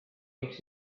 miks